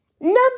Number